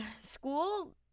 school